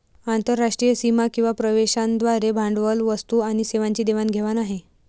आंतरराष्ट्रीय सीमा किंवा प्रदेशांद्वारे भांडवल, वस्तू आणि सेवांची देवाण घेवाण आहे